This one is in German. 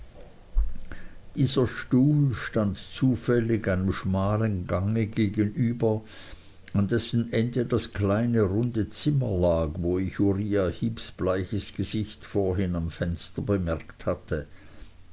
dieser stuhl stand zufällig einem schmalen gange gegenüber an dessen ende das kleine runde zimmer lag wo ich uriah heeps bleiches gesicht vorhin am fenster bemerkt hatte